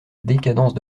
décadence